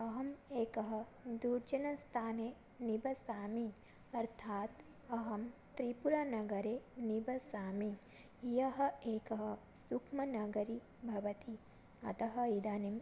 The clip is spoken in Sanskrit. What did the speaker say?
अहम् एकदुर्जनस्थाने निवसामि अर्थात् अहं त्रिपुरानगरे निवसामि या एका सुप्मनगरी भवति अतः इदानीं